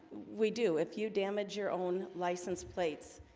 we do if you damage your own license plates,